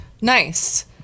Nice